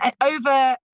over